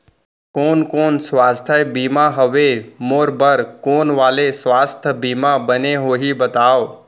कोन कोन स्वास्थ्य बीमा हवे, मोर बर कोन वाले स्वास्थ बीमा बने होही बताव?